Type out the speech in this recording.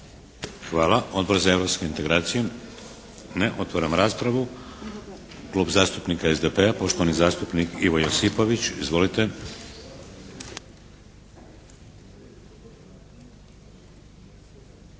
Hvala. Odbor za europske integracije? Ne. Otvaram raspravu. Klub zastupnika SDP-a poštovani zastupnik Ivo Josipović. Izvolite.